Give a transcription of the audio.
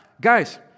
Guys